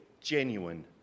genuine